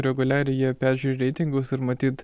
reguliariai jie peržiūri reitingus ir matyt